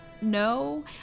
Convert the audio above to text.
no